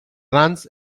runs